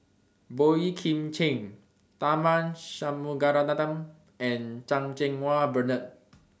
Boey Kim Cheng Tharman Shanmugaratnam and Chan Cheng Wah Bernard